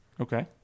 okay